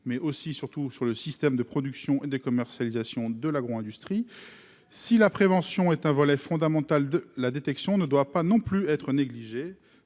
mais aussi surtout sur le système de production et de commercialisation de l'agro-industrie si la prévention est un volet fondamental de la détection ne doit pas non plus être négligé,